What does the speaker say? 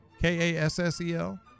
K-A-S-S-E-L